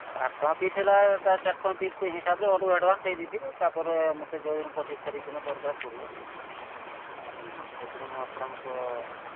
ଆଠ ଟଙ୍କା ପିସ ହେଲେ ଚାରି ଟଙ୍କା ପିସ ହିସାବରେ ଆଡଭାନ୍ସ ଦେଇଦେଇଥିବି ତାପରେ ମୋତେ ଯୋଉଁ ପଚିଶ ତାରିଖ ଦିନ ଦରକାର ପଡ଼ିବ ମୁଁ ଆପଣଙ୍କ